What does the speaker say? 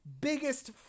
biggest